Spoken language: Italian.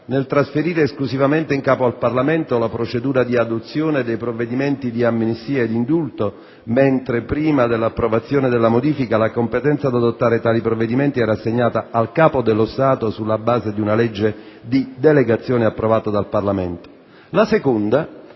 nel trasferire esclusivamente in capo al Parlamento la procedura di adozione dei provvedimenti di amnistia e di indulto, mentre prima dell'approvazione della modifica la competenza ad adottare tali provvedimenti era assegnata al Capo dello Stato sulla base di una legge di delegazione approvata dal Parlamento; la seconda,